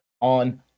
on